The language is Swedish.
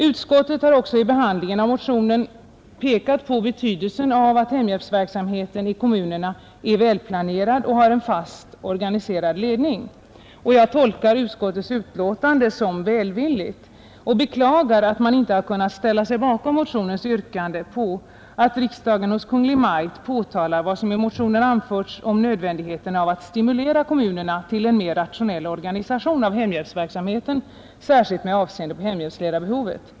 Utskottet har också i behandlingen av motionen just pekat på betydelsen av att hemhjälpsverksamheten i kommunerna är välplanerad och har en fast organiserad ledning. Jag tolkar utskottets utlåtande som välvilligt och beklagar att man inte kunnat ställa sig bakom motionens yrkande att riksdagen hos Kungl. Maj:t påtalar vad som i motionen anförts om nödvändigheten av att stimulera kommunerna till en mer rationell organisation av hemhjälpsverksamheten, särskilt med avseende på hemhjälpsledarbehovet.